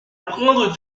prendre